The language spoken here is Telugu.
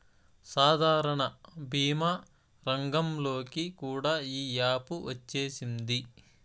సాధారణ భీమా రంగంలోకి కూడా ఈ యాపు వచ్చేసింది